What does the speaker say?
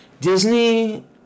Disney